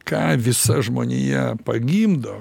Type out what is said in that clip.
ką visa žmonija pagimdo